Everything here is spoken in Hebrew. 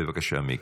בבקשה, מיקי.